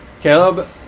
Caleb